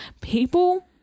people